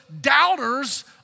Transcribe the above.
doubters